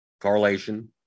correlation